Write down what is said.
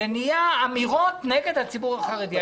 זה נהיה אמירות נגד הציבור החרדי.